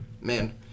Man